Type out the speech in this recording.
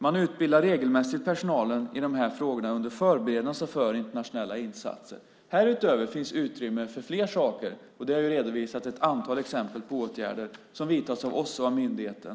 Man utbildar regelmässigt personalen i de här frågorna under förberedelserna för internationella insatser. Härutöver finns utrymme för fler saker, och det har här i dag redovisats ett antal exempel på åtgärder som vidtas av oss och av myndigheten.